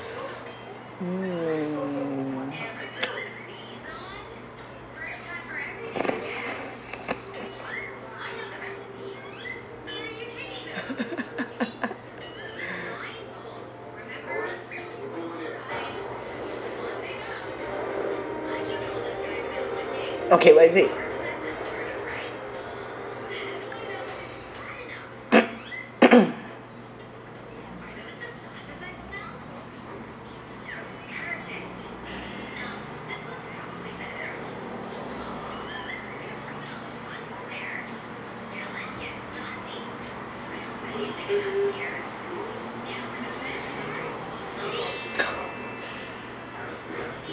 mm okay what is it